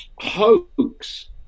hoax